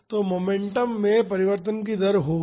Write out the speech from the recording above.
तो मोमेंटम में परिवर्तन की दर होगी